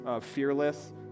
Fearless